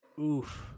Oof